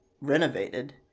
renovated